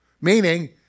meaning